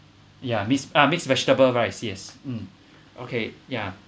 ya mixed uh mixed vegetable rice yes mm okay ya